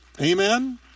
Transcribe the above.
Amen